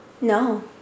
No